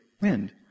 wind